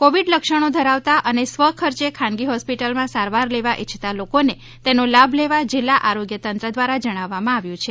Covid લક્ષણો ધરાવતા અને સ્વ ખર્ચે ખાનગી હોસ્પિટલમાં સારવાર લેવા ઈચ્છતા લોકોને તેનો લાભ લેવા જિલ્લા આરોગ્ય તંત્ર દ્વારા જણાવવામાં આવ્યું છે